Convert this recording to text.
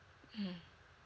mmhmm